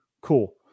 Cool